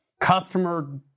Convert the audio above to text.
customer